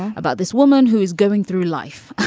about this woman who is going through life